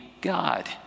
God